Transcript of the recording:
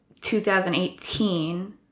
2018